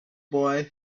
boy